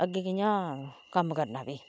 अग्गै कियां कम्म करना फ्ही